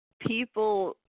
people